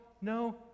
no